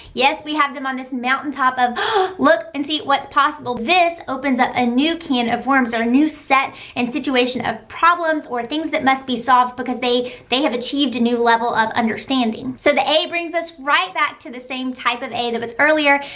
yes, we have them on this mountaintop of look and see what's possible. this opens up a new can of worms or a new set and situation of problems or things that must be solved because they they have achieved a new level of understanding. so the a brings us right back to the same type of a that was earlier,